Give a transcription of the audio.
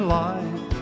life